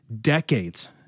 decades